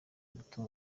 gutura